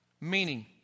Meaning